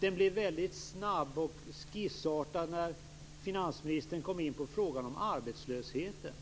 Den blev snabb och skissartad när finansministern kom in på frågan om arbetslösheten.